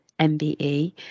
MBE